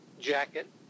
jacket